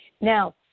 Now